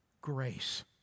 grace